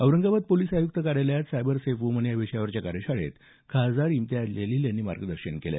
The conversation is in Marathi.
औरंगाबाद पोलिस आयुक्त कार्यालयात सायबर सेफ व्मन या विषयावरच्या कार्यशाळेत खासदार इम्तियाज जलिल यांनी मार्गदर्शन केलं